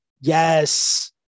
Yes